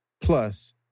Plus